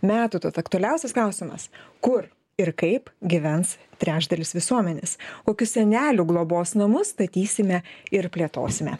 metų tad aktualiausias klausimas kur ir kaip gyvens trečdalis visuomenės kokius senelių globos namus statysime ir plėtosime